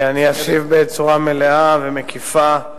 אני אשיב בצורה מלאה ומקיפה.